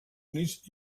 units